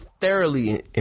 thoroughly